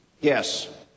Yes